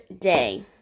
day